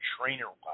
trainer-wise